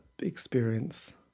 Experience